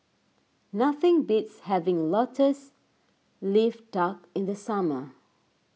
nothing beats having Lotus Leaf Duck in the summer